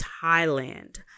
Thailand